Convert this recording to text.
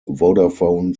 vodafone